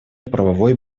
правовой